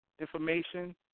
information